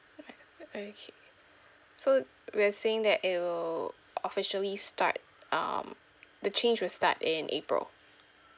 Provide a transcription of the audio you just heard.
alright okay so we're saying that it will officially start um the change will start in april